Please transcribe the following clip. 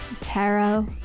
tarot